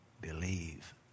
believe